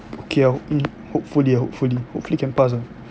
okay ah hopefully hopefully ah hopefully hopefully can pass ah